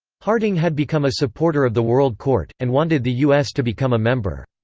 harding had become a supporter of the world court, and wanted the u s. to become a member.